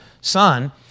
Son